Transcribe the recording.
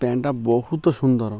ପ୍ୟାଣ୍ଟ୍ଟା ବହୁତ ସୁନ୍ଦର